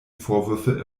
vorwürfe